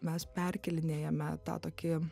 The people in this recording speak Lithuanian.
mes perkėlinėjame tą tokį